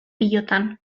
pilotan